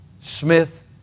Smith